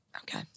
Okay